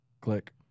click